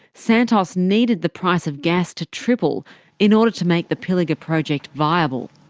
santos needed the price of gas to triple in order to make the pilliga project viable.